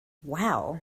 wow